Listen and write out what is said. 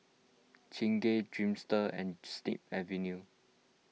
Chingay Dreamster and Snip Avenue